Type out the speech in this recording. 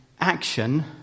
action